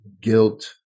guilt